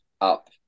up